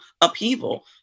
upheaval